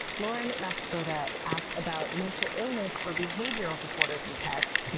lauren mascibroda asked about mental illness or behavioral disorders in pets.